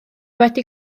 wedi